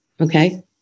okay